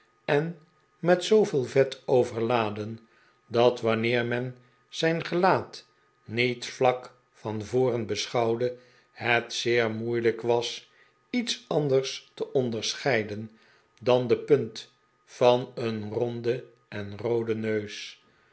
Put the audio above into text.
en met zooveel vet overladen dat wanneer men zijn gelaat niet vlak van voren beschouwde het zeer moeilijk was iets anders te onderscheiden dan de punt van een ronden en rooden neus